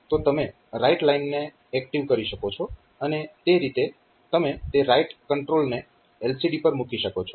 તો તમે રાઇટ લાઇનને એક્ટીવ કરી શકો છો અને તે રીતે તમે તે રાઈટ કંટ્રોલને LCD પર મૂકી શકો છો